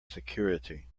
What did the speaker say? security